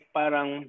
parang